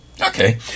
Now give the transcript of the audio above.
Okay